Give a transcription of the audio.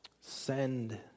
send